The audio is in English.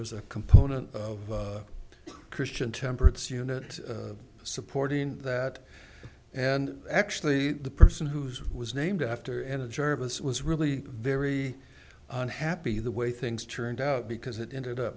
was a component of the christian temperance unit supporting that and actually the person whose was named after anna jarvis was really very unhappy the way things turned out because it ended up